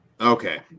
Okay